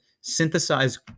synthesize